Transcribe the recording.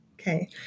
okay